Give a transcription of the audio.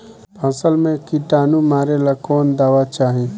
फसल में किटानु मारेला कौन दावा चाही?